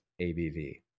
ABV